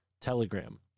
Telegram